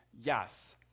Yes